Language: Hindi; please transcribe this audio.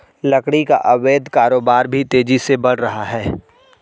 लकड़ी का अवैध कारोबार भी तेजी से बढ़ रहा है